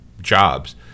jobs